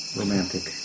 romantic